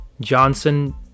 Johnson